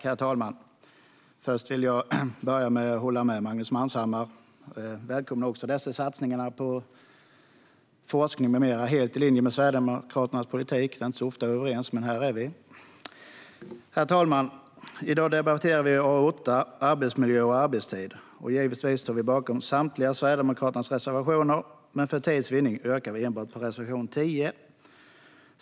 Herr talman! Jag vill börja med att hålla med Magnus Manhammar. Jag välkomnar också satsningarna på forskning med mera, helt i linje med Sverigedemokraternas politik. Det är inte så ofta vi är överens, men här är vi det. Herr talman! I dag debatterar vi AU8, Arbetsmiljö och arbetstid . Jag står givetvis bakom samtliga Sverigedemokraternas reservationer, men för tids vinnande yrkar jag bifall endast till reservation 10.